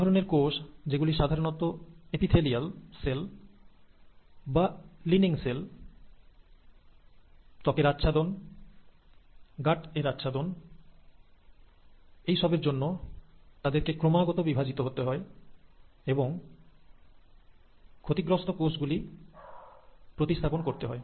এই ধরনের কোষ যেগুলি সাধারণত এপিথেলিয়াল সেল বা লিনিং সেল ত্বকের আচ্ছাদন গাট এর আচ্ছাদন এই সবের জন্য তাদের কে ক্রমাগত বিভাজিত হতে হয় এবং ক্ষতিগ্রস্ত কোষ গুলি প্রতিস্থাপন করতে হয়